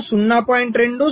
2 0